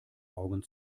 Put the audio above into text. augen